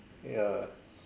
ya